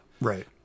Right